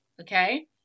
okay